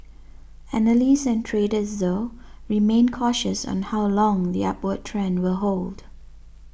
analysts and traders though remain cautious on how long the upward trend will hold